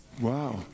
Wow